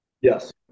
Yes